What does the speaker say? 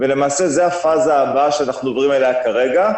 למעשה זה הפאזה הבאה שאנחנו מדברים עליה כרגע,